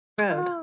Road